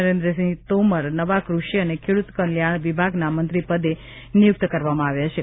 નરેન્દ્રસિંહ તોમર નવા કૃષિ અને ખેડૂત કલ્યાણ વિભાગના મંત્રી પદે નિયુક્ત કરવામાં આવ્યા છે